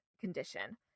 condition